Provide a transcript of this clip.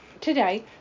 today